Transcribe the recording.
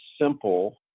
simple